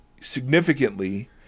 significantly